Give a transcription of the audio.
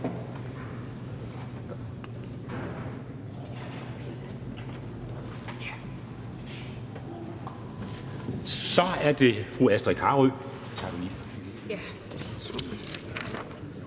Så er det fru Astrid Carøe.